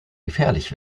gefährlich